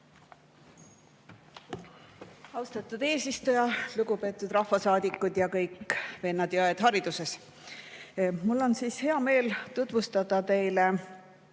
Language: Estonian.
Austatud eesistuja! Lugupeetud rahvasaadikud ja kõik vennad ja õed hariduses! Mul on hea meel tutvustada teile